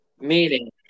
Meeting